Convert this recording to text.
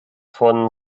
von